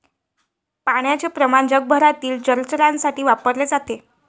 पाण्याचे प्रमाण जगभरातील जलचरांसाठी वापरले जाते